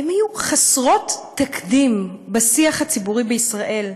היו חסרות תקדים בשיח הציבורי בישראל.